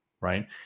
right